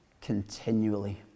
continually